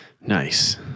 Nice